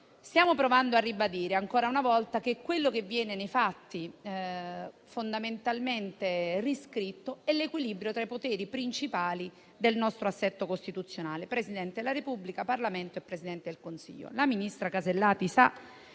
Stiamo provando a ribadire ancora una volta che quello che viene nei fatti fondamentalmente riscritto è l'equilibrio tra i poteri principali del nostro assetto costituzionale: Presidente della Repubblica, Parlamento e Presidente del Consiglio.